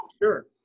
Sure